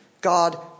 God